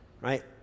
right